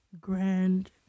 grand